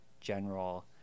general